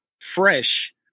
fresh